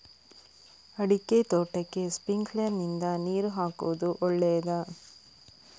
ಅಡಿಕೆ ತೋಟಕ್ಕೆ ಸ್ಪ್ರಿಂಕ್ಲರ್ ನಿಂದ ನೀರು ಹಾಕುವುದು ಒಳ್ಳೆಯದ?